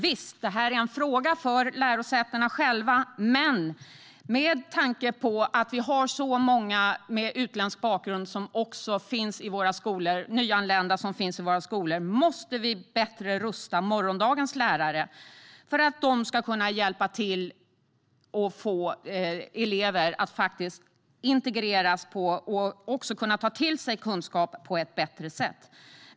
Visst är det en fråga för lärosätena själva, men med tanke på att det finns så många nyanlända med utländsk bakgrund i våra skolor måste vi bättre rusta morgondagens lärare för att de ska kunna hjälpa alla elever att integreras och ta till sig kunskap på ett bättre sätt.